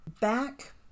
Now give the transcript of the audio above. back